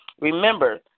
Remember